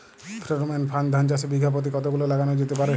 Pheromone ফাঁদ ধান চাষে বিঘা পতি কতগুলো লাগানো যেতে পারে?